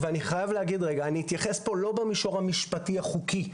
אני אתייחס לא במישור המשפטי החוקי,